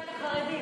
את החרדים.